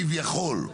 כביכול,